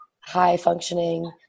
high-functioning